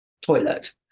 toilet